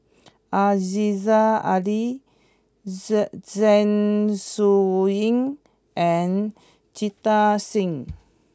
Aziza Ali Zeng Shouyin and Jita Singh